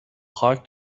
خاک